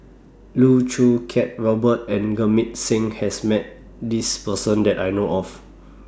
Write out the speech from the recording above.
Loh Choo Kiat Robert and Jamit Singh has Met This Person that I know of